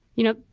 you know,